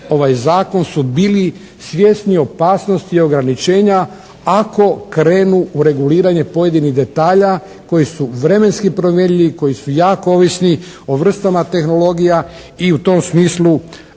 ovaj zakon su bili svjesni opasnosti ograničenja ako krenu u reguliranje pojedinih detalja koji su vremenski promjenjivi, koji su jako ovisni o vrstama tehnologija i u tom smislu